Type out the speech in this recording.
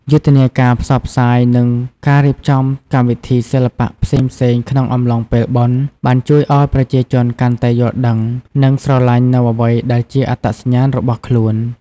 យុទ្ធនាការផ្សព្វផ្សាយ និងការរៀបចំកម្មវិធីសិល្បៈផ្សេងៗក្នុងអំឡុងពេលបុណ្យ បានជួយឲ្យប្រជាជនកាន់តែយល់ដឹង និងស្រឡាញ់នូវអ្វីដែលជាអត្តសញ្ញាណរបស់ខ្លួន។